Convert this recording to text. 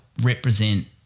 represent